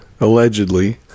allegedly